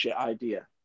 idea